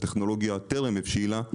הטכנולוגיה טרם הבשילה.